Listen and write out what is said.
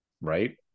Right